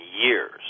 years